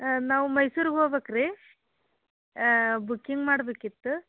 ನಾವು ಮೈಸೂರ್ಗೆ ಹೋಗ್ಬೇಕ್ ರೀ ಬುಕ್ಕಿಂಗ್ ಮಾಡಬೇಕಿತ್ತು